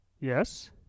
Yes